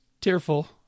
tearful